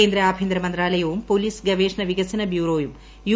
കേന്ദ്ര ആഭ്യന്തര മന്ത്രാലയവും പോലീസ് ഗവേഷണ വികസന ബ്യൂറോയും യു